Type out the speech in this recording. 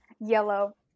Yellow